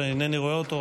שאינני רואה אותו.